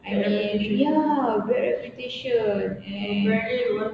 I mean ya bad reputation and